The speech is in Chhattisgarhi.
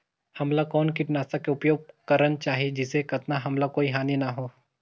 हमला कौन किटनाशक के उपयोग करन चाही जिसे कतना हमला कोई हानि न हो?